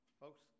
Folks